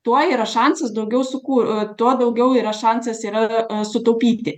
tuo yra šansas daugiau sukur tuo daugiau yra šansas yra sutaupyti